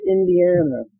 Indiana